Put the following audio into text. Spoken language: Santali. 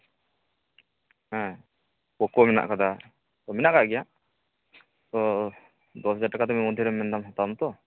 ᱦᱮᱸ ᱚᱯᱳ ᱢᱮᱱᱟᱜ ᱠᱟᱫᱟ ᱢᱮᱱᱟᱜ ᱠᱟᱜ ᱜᱮᱭᱟ ᱚ ᱫᱚᱥ ᱦᱟᱡᱟᱨ ᱴᱟᱠᱟ ᱢᱚᱫᱽᱫᱷᱮᱨᱮ ᱢᱮᱱᱫᱟᱢ ᱦᱟᱛᱟᱣᱟᱢ ᱛᱚ